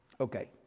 Okay